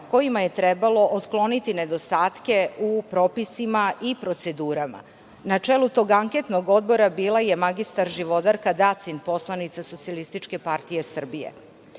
kojima je trebalo otkloniti nedostatke u propisima i procedurama. Na čelu tog Anketnog odbora bila je magistar Živodarka Dacin, poslanica SPS.Izveštajem i